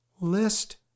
List